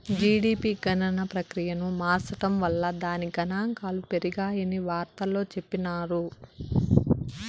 GDP గణన ప్రక్రియను మార్సడం వల్ల దాని గనాంకాలు పెరిగాయని వార్తల్లో చెప్పిన్నారు